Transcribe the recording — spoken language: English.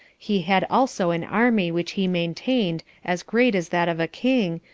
he had also an army which he maintained as great as that of a king,